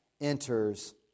enters